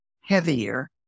heavier